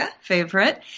favorite